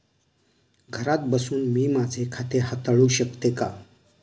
घरात बसून मी माझे खाते हाताळू शकते का?